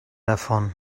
davon